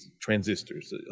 transistors